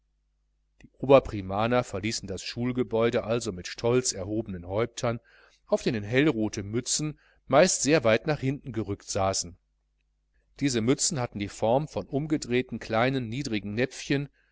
die oberprimaner verließen das schulgebäude also mit stolz erhobenen häuptern auf denen hellrote mützen meist sehr weit nach hinten gerückt saßen diese mützen hatten die form von umgedrehten kleinen niedrigen näpfchen